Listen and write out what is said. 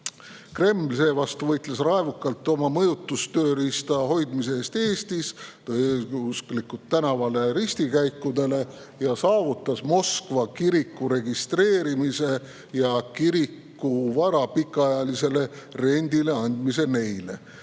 Kreml seevastu võitles raevukalt oma mõjutustööriista hoidmise eest Eestis, tõi õigeusklikud tänavale ristikäikudele ja saavutas Moskva kiriku registreerimise ja kiriku vara pikaajalisele rendile andmise neile.